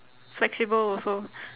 flexible also